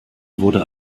wurde